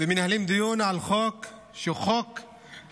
ומנהלים דיון על חוק שהוא רע,